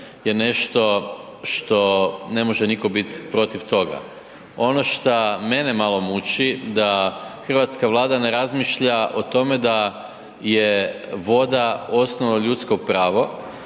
je nešto što ne može nitko bit protiv toga. Ono šta mene malo muči da hrvatska Vlada ne razmišlja o tome da je voda osnovno ljudsko pravo